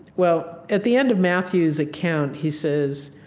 well, at the end of matthew's account, he says,